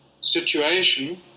situation